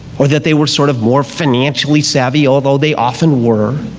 or that they were sort of more financially savvy, although they often were.